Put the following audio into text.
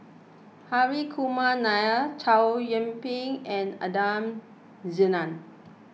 Hri Kumar Nair Chow Yian Ping and Adan Jimenez